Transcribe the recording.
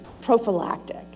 prophylactic